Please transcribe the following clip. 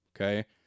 okay